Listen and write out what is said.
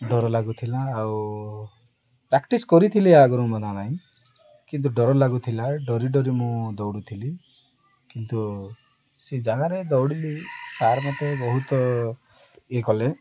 ଡର ଲାଗୁଥିଲା ଆଉ ପ୍ରାକ୍ଟିସ୍ କରିଥିଲି ଆଗରୁ ମଧ୍ୟ ପାଇଁ କିନ୍ତୁ ଡର ଲାଗୁଥିଲା ଡରି ଡରି ମୁଁ ଦୌଡ଼ୁଥିଲି କିନ୍ତୁ ସେ ଜାଗାରେ ଦୌଡ଼ିଲି ସାର୍ ମୋତେ ବହୁତ ଇଏ କଲେ